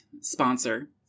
sponsor